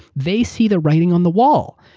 they see the writing on the wall.